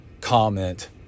comment